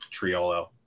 Triolo